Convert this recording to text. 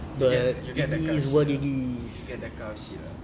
you get you get that kind of shit ah you get that kind of shit ah